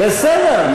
בסדר.